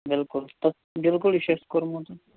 بِلکُل تہٕ بِلکُل یہِ چھُ اَسہِ کوٛرمُت